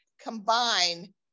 combine